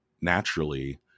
naturally